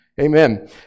Amen